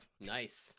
Nice